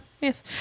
Yes